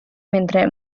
mentre